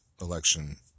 election